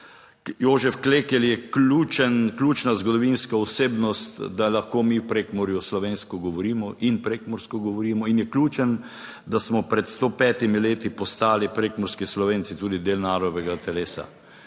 Jožef Klekl je ključen, ključna zgodovinska osebnost, da lahko mi v Prekmurju slovensko govorimo in prekmursko govorimo in je ključen, da smo pred 105. leti postali prekmurski Slovenci tudi del narodovega telesa.